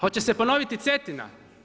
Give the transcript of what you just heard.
Hoće se ponoviti Cetina?